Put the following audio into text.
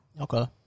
Okay